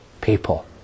people